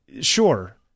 sure